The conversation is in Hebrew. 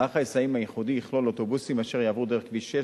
מערך ההיסעים הייחודי יכלול אוטובוסים אשר יעברו דרך כביש 6,